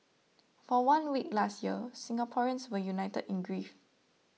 for one week last year Singaporeans were united in grief